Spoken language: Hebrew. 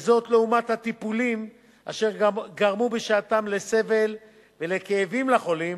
וזאת לעומת הטיפולים אשר גרמו בשעתם לסבל ולכאבים לחולים,